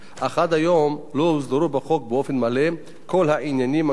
אך עד היום לא הוסדרו בחוק באופן מלא כל העניינים הנוגעים